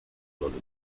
sole